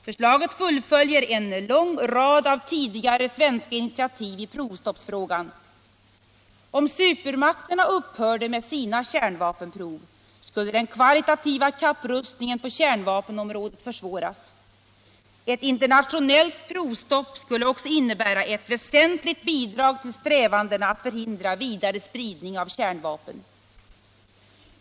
Förslaget fullföljer en lång rad av tidigare svenska initiativ i provstoppsfrågan. Om supermakterna upphörde med sina kärnvapenprov skulle den kvalitativa kapprustningen på kärnvapenområdet försvåras. Ett internationellt provstopp skulle också innebära ett väsentligt bidrag till strävandena att förhindra vidare spridning av kärnvapen.